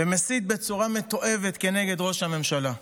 והסית בצורה מתועבת כנגד ראש הממשלה באומרו: